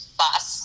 bus